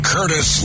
Curtis